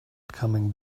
coming